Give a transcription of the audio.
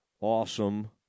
Awesome